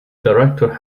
director